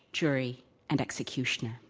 jury and executioner.